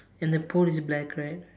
and the pole is black right